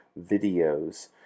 videos